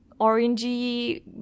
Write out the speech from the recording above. orangey